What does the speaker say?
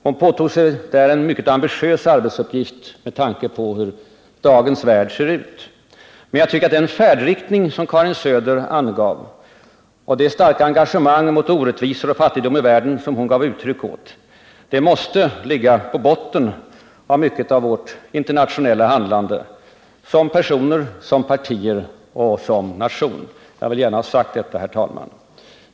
Hon påtog sig där en mycket ambitiös arbetsuppgift med tanke på hur dagens värld ser ut, men jag tycker att den färdriktning som Karin Söder angav och det starka engagemang mot orättvisor och fattigdom i världen som hon gav uttryck åt måste ligga i botten för mycket av vårt internationella handlande — som personer, som partier och som nation. Jag vill ha sagt detta, herr talman.